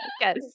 Yes